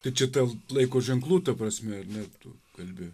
tai čia dėl laiko ženklų ta prasme ar ne tu kalbi